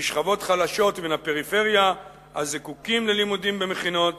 משכבות חלשות ומן הפריפריה הזקוקים ללימודים במכינות